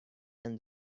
and